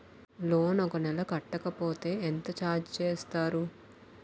Loan ఒక నెల కట్టకపోతే ఎంత ఛార్జ్ చేస్తారు?